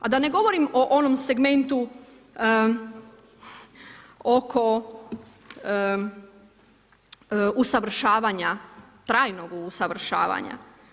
A da ne govorim o onom segmentu oko usavršavanja, trajnog usavršavanja.